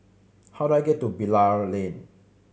how do I get to Bilal Lane